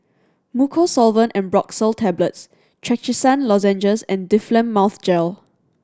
Mucosolvan Ambroxol Tablets Trachisan Lozenges and Difflam Mouth Gel